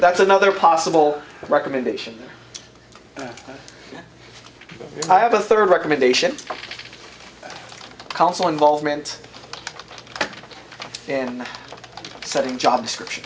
that's another possible recommendation i have a third recommendation counsel involvement in setting job description